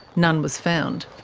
none was found.